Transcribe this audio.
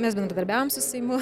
mes bendradarbiaujam su seimu